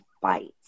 fight